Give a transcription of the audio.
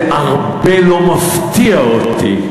זה לא מפתיע אותי.